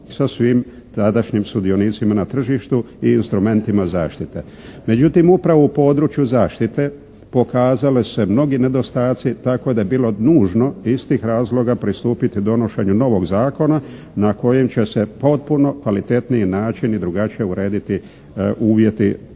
sa svim tadašnjim sudionicima na tržištu i instrumentima zaštite. Međutim, upravo u području zaštite pokazali su se mnogi nedostaci tako da je bilo nužno iz tih razloga pristupiti donošenju novog zakona na kojem će se potpuno kvalitetnije načini drugačije urediti uvjeti